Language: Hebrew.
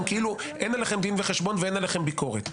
כאילו אין עליכם דין וחשבון ואין עליכם ביקורת.